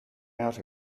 out